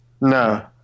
No